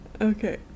Okay